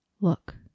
Look